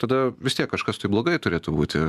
tada vis tiek kažkas tai blogai turėtų būti